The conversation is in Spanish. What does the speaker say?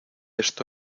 esto